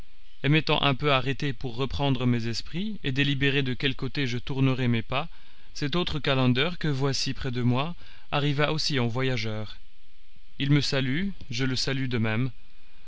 et m'étant un peu arrêté pour reprendre mes esprits et délibérer de quel côté je tournerais mes pas cet autre calender que voici près de moi arriva aussi en voyageur il me salue je le salue de même